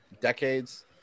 decades